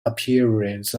appearance